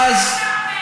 תודה, אדוני.